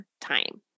time